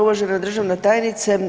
Uvažena državna tajnice.